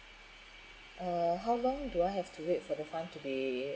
uh how long do I have to wait for the funds to be